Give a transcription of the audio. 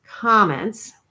comments